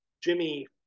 Jimmy